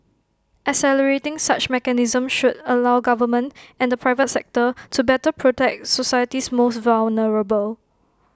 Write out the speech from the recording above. accelerating such mechanisms should allow governments and the private sector to better protect society's most vulnerable